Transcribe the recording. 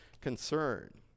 concern